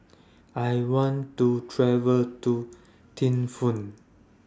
I want to travel to Thimphu